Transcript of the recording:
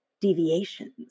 deviations